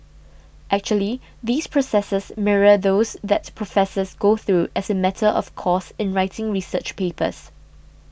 actually these processes mirror those that professors go through as a matter of course in writing research papers